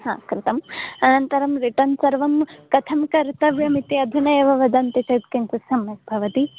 हा कृतम् अनन्तरं रिटन् सर्वं कथं कर्तव्यमिति अधुना एव वदन्ति चेत् किञ्चित् सम्यक् भवति